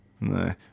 No